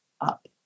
up